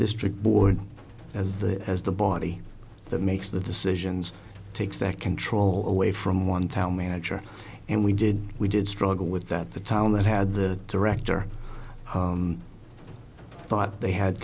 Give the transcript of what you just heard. district board as the as the body that makes the decisions takes that control away from one town manager and we did we did struggle with that the town that had the director thought they had